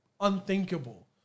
Unthinkable